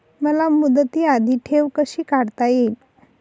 मला मुदती आधी ठेव कशी काढता येईल?